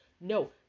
No